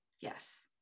Yes